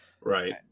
Right